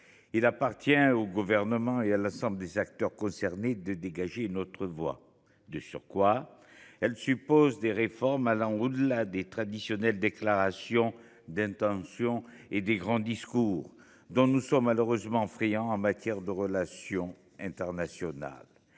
Il appartient au Gouvernement et à l’ensemble des acteurs concernés de dégager une autre voie. Cela suppose des réformes allant au delà des traditionnelles déclarations d’intention et des grands discours, dont nous sommes malheureusement friands en matière de relations internationales.